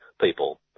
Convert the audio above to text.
people